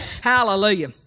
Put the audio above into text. Hallelujah